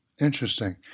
Interesting